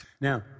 Now